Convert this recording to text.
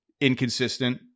inconsistent